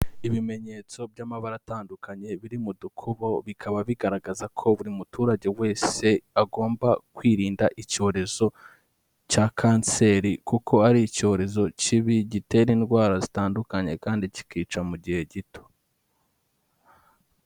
Ibimenyetso by'amabara atandukanye biri mu dukobo bikaba bigaragaza ko buri muturage wese, agomba kwirinda icyorezo cya kanseri kuko ari icyorezo kibi gitera indwara zitandukanye, kandi kikica mu gihe gito.